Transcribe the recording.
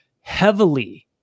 heavily